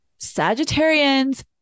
Sagittarians